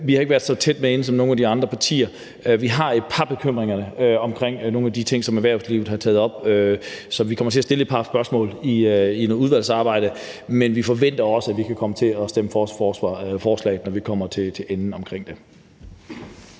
Vi har ikke været så tæt med inde som nogle af de andre partier. Vi har et par bekymringer omkring nogle af de ting, som erhvervslivet har taget op, så vi kommer til at stille et par spørgsmål i udvalgsarbejdet. Men vi forventer også, at vi kan komme til at stemme for forslaget, når vi kommer til enden af det.